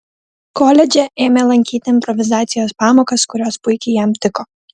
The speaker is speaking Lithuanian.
koledže ėmė lankyti improvizacijos pamokas kurios puikiai jam tiko